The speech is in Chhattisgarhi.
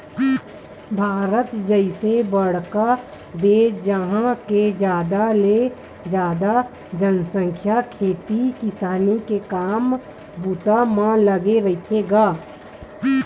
भारत जइसे बड़का देस जिहाँ के जादा ले जादा जनसंख्या खेती किसानी के काम बूता म लगे रहिथे गा